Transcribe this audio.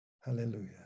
Hallelujah